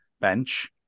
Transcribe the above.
bench